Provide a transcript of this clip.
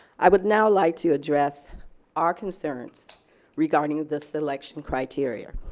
i would now like to address our concerns regarding the selection criteria.